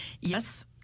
yes